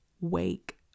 Wake